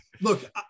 look